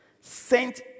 sent